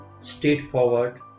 straightforward